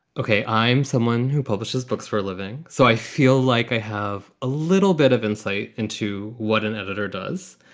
ok. i'm someone who publishes books for a living. so i feel like i have a little bit of insight into what an editor does.